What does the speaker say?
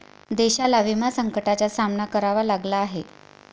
देशाला विमा संकटाचा सामना करावा लागला आहे